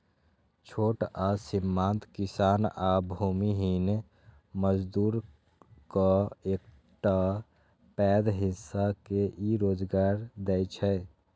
छोट आ सीमांत किसान आ भूमिहीन मजदूरक एकटा पैघ हिस्सा के ई रोजगार दै छै